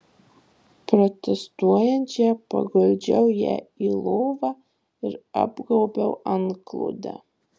protestuojančią paguldžiau ją į lovą ir apgaubiau antklode